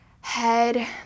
head